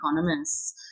economists